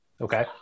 Okay